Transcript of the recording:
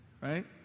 right